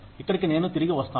ఇక్కడికి నేను తిరిగి వస్తాను